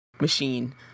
machine